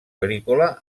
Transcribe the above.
agrícola